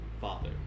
father